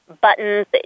buttons